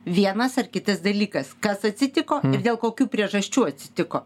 vienas ar kitas dalykas kas atsitiko dėl kokių priežasčių atsitiko